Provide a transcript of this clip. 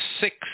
six